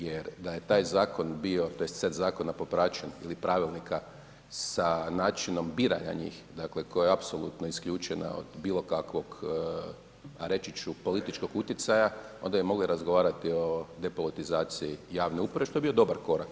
Jer da je taj zakon bio, da je set zakona popraćen ili pravilnika sa načinom biranja njih, dakle koja je apsolutno isključena od bilo kakvog reći ću političkog utjecaja onda bi mogli razgovarati o depolitizaciji javne uprave što je bio dobar korak.